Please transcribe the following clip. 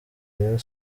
rayon